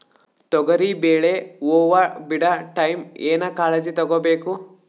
ತೊಗರಿಬೇಳೆ ಹೊವ ಬಿಡ ಟೈಮ್ ಏನ ಕಾಳಜಿ ತಗೋಬೇಕು?